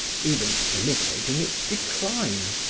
even imitating its decline,